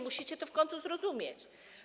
Musicie to w końcu zrozumieć.